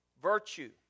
Virtue